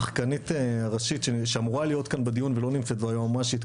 שהשחקנית הראשית שאמורה להיות כאן בדיון ולא נמצאת זאת היועמ"שית,